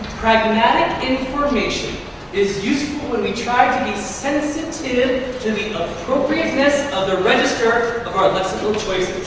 pragmatic information is useful when we try to be sensitive to the appropriateness of the register of our lexical choices.